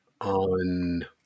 On